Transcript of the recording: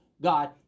God